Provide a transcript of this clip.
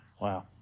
wow